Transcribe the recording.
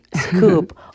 scoop